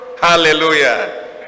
Hallelujah